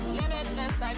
limitless